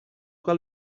cal